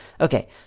Okay